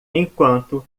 enquanto